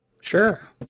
Sure